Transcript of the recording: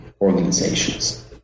organizations